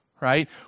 right